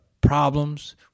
problems